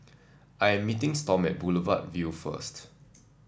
I am meeting Storm at Boulevard Vue first